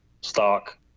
stock